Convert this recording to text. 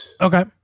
Okay